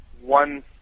one